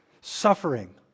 Suffering